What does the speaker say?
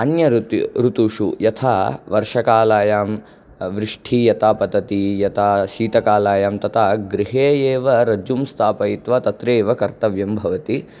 अन्य ऋत् ऋतुषु यथा वर्षाकालायां वृष्टिः यथा पतति यथा शीतकालायां तथा गृहे एव रज्जुं स्थापयित्वा तत्र एव कर्तव्यं भवति